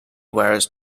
wires